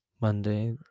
monday